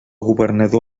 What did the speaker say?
governador